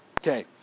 Okay